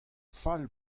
fall